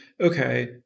okay